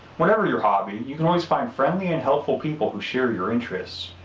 whatever your hobby, you can always find friendly and helpful people who share your interests,